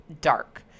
dark